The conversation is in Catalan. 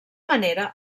manera